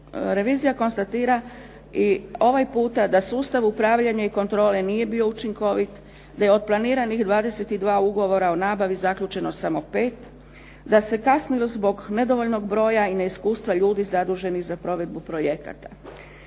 revizija konstatira i ovaj puta da sustav upravljanja i kontrole nije bio učinkovit, da je od planiranih 22 ugovora o nabavi zaključeno samo pet, da se kasnilo zbog nedovoljnog broja i neiskustva ljudi zaduženih za provedbu projekata.